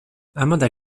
amanda